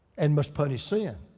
and must punish sin.